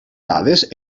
dades